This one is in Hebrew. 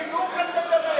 חבר הכנסת מלביצקי,